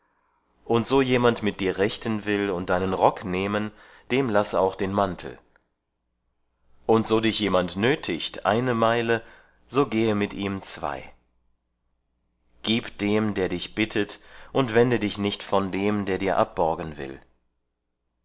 und so jemand mit dir rechten will und deinen rock nehmen dem laß auch den mantel und so dich jemand nötigt eine meile so gehe mit ihm zwei gib dem der dich bittet und wende dich nicht von dem der dir abborgen will